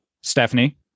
Stephanie